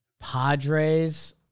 Padres